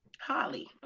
Holly